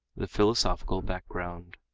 the philosophical background